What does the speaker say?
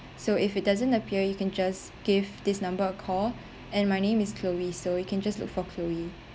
so if it doesn't appear you can just give this number a call and my name is chloe so you can just look for chloe